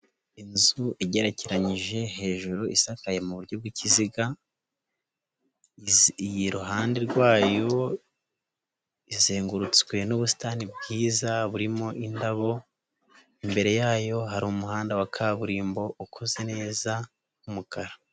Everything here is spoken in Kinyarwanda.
Inzu igegeranyije hejuru isakaye mu buryo bw'ikiziga, iruhande rwayo izengurutswe n'ubusitani bwiza, burimo indabo, imbere yayo hari umuhanda wa kaburimbo, ukoze neza w'umukara.